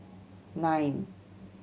nine